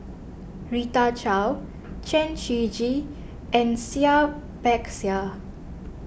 Rita Chao Chen Shiji and Seah Peck Seah